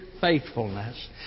faithfulness